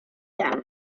them